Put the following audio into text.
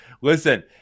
listen